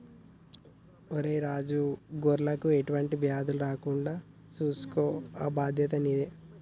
ఒరై రాజు గొర్రెలకు ఎటువంటి వ్యాధులు రాకుండా సూసుకో ఆ బాధ్యత నీదే